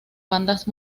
bandas